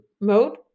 mode